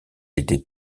était